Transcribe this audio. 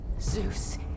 Zeus